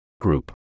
Group